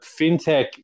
fintech